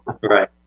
Right